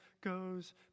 goes